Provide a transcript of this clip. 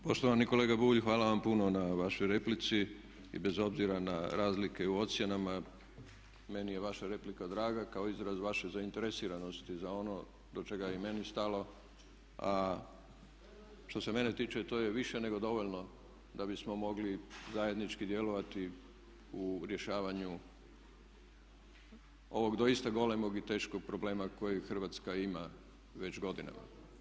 Poštovani kolega Bulj, hvala vam puno na vašoj replici i bez obzira na razlike u ocjenama meni je vaša replika draga kao izraz vaše zainteresiranosti za ono do čega je i meni stalo, a što se mene tiče to je više nego dovoljno da bismo mogli zajednički djelovati u rješavanju ovog doista golemog i teškog problema koji Hrvatska ima već godinama.